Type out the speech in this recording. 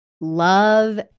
love